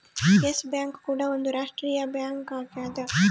S Bank ಕೂಡ ಒಂದ್ ರಾಷ್ಟ್ರೀಯ ಬ್ಯಾಂಕ್ ಆಗ್ಯದ